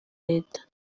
leta